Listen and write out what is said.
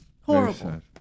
horrible